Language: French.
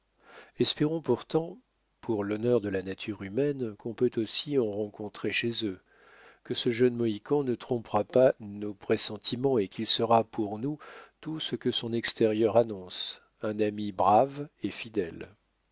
espérons pourtant pour l'honneur de la nature humaine qu'on peut aussi en rencontrer chez eux que ce jeune mohican ne trompera pas nos pressentiments et qu'il sera pour nous tout ce que son extérieur annonce un ami brave et fidèle